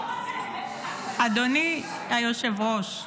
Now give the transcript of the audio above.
אדוני היושב-ראש.